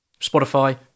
Spotify